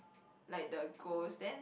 like the goals then